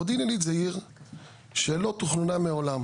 מודיעין עילית זו עיר שלא תוכננה מעולם,